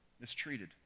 mistreated